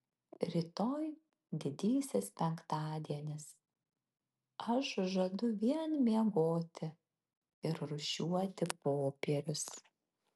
rytoj didysis penktadienis aš žadu vien miegoti ir rūšiuoti popierius